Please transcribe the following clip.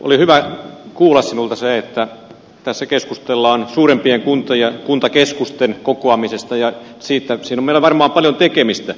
oli hyvä kuulla sinulta se että tässä keskustellaan suurempien kuntakeskusten kokoamisesta ja siinä meillä on varmaan paljon tekemistä